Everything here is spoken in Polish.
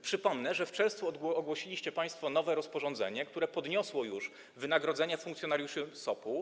Przypomnę, że w czerwcu ogłosiliście państwo nowe rozporządzenie, które podniosło już wynagrodzenia funkcjonariuszy SOP.